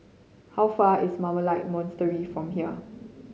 how far is Carmelite Monastery from here